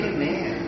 Amen